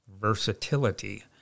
versatility